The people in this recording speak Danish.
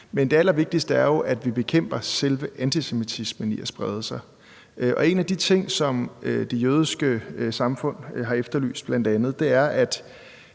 Men det allervigtigste er jo, at vi bekæmper selve antisemitismen og forhindrer, at den spreder sig, og en af de ting, som Det Jødiske Samfund bl.a. har efterlyst, er, at